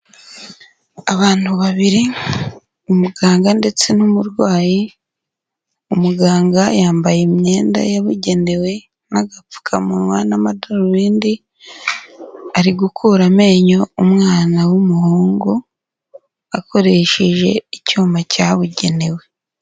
Abantu babiri, umuganga ndetse n'umurwayi, umuganga yambaye imyenda yabugenewe n'agapfukamunwa n'amadarubindi, ari gukura amenyo umwana w'umuhungu, akoresheje icyuma cyabugenewe.